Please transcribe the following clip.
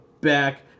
back